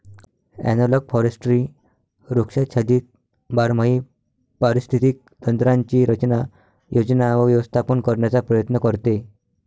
analogue forestry वृक्षाच्छादित बारमाही पारिस्थितिक तंत्रांची रचना, योजना व व्यवस्थापन करण्याचा प्रयत्न करते